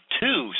two